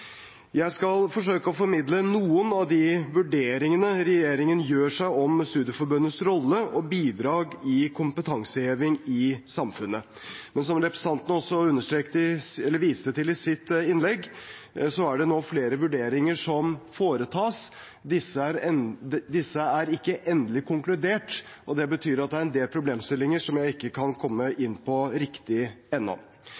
Jeg skal forsøke å formidle noen av de vurderingene regjeringen gjør seg om studieforbundenes rolle og bidrag til kompetanseheving i samfunnet. Som representanten også viste til i sitt innlegg, er det nå flere vurderinger som foretas. Disse er ikke endelig konkludert, og det betyr at det er en del problemstillinger som jeg ikke kan komme